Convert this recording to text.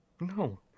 No